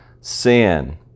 sin